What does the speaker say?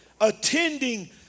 attending